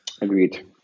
Agreed